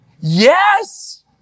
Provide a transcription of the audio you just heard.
Yes